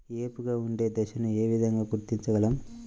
ఏపుగా ఉండే దశను ఏ విధంగా గుర్తించగలం?